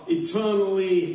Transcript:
eternally